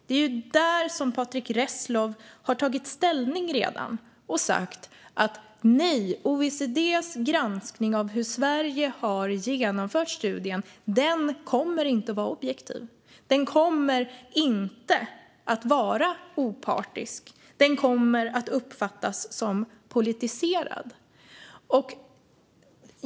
Det är där som Patrick Reslow redan har tagit ställning, och han har sagt att OECD:s granskning av hur Sverige har genomfört studien inte kommer att vara objektiv, opartisk, utan att den kommer att uppfattas som politiserad.